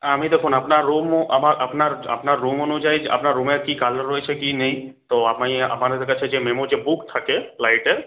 আমি দেখুন আপনার রুমও আমার আপনার আপনার রুম অনুযায়ী আপনার রুমের কি কালার রয়েছে কি নেই তো আমি আমাদের কাছে যে মেমো যে বুক থাকে লাইটের